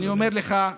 אני אומר לך,